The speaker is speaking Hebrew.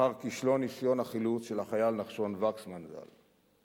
לאחר כישלון ניסיון החילוץ של החייל נחשון וקסמן ז"ל.